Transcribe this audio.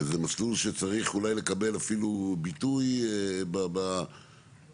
וזה מסלול שצריך אולי לקבל אפילו ביטוי גם בוועדות,